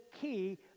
key